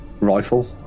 Rifle